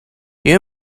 you